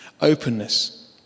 openness